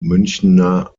münchener